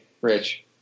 Rich